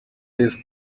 yesu